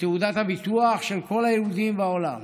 כתעודת הביטוח של כל היהודים בעולם.